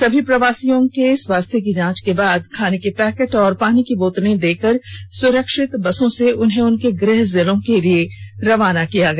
सभी प्रवार्सियों के स्वास्थ्य की जांच के बाद खाने का पैकेट और पानी की बोतल देकर सुरक्षित बसों से उनके गृह जिले के लिए रवाना कर दिया गया